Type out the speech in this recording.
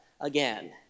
again